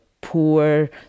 poor